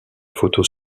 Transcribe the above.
photos